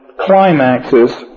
climaxes